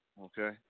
Okay